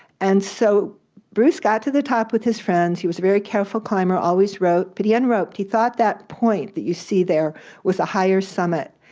and so bruce got to the top with his friends. he was very careful climber, always roped, but he unroped. he thought that point that you see there was a higher summit,